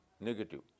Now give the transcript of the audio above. negative